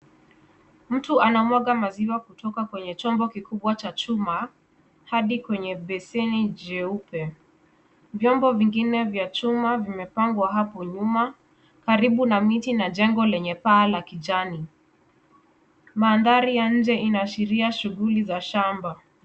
Mtu anamwaga maziwa kutoka kwenye chombo kikubwa cha chuma hadi kwenye beseni jeupe. Vyombo vingine vya chuma vimepangwa hapo nyuma karibu na miti na jengo lenye paa la kijani. Mandhari ya nje inaashiria shughuli za shamba.